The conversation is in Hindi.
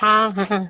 हाँ हाँ